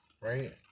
Right